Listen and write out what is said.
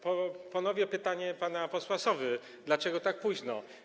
Ponowię pytanie pana posła Sowy: Dlaczego tak późno?